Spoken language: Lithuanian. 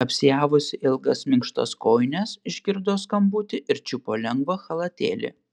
apsiavusi ilgas minkštas kojines išgirdo skambutį ir čiupo lengvą chalatėlį